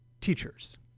Teachers